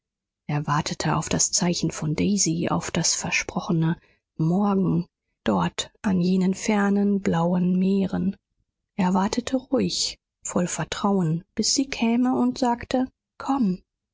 wartete auf das zeichen von daisy auf das versprochene morgen dort an jenen fernen blauen meeren er wartete ruhig voll vertrauen bis sie käme und sagte komm